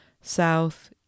South